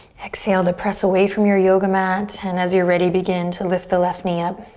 exhale to press away from your yoga mat and as you're ready begin to lift the left knee up.